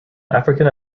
african